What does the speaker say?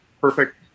perfect